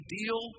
deal